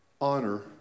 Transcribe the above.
Honor